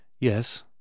Yes